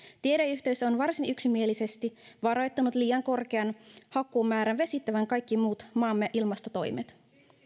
tiedeyhteisö on varsin yksimielisesti varoittanut liian korkean hakkuumäärän vesittävän kaikki muut maamme ilmastotoimet